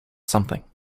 something